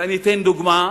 ואני אתן דוגמה,